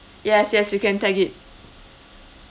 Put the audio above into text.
yes yes you can tag it